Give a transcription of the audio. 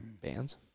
bands